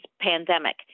pandemic